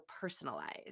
personalized